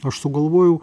aš sugalvojau